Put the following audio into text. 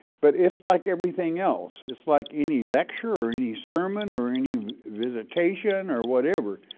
but it's like everything else, it's like any lecture or any sermon or any visitation or whatever.